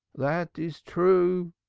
that is true,